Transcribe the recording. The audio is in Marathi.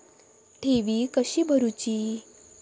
ठेवी कशी भरूची?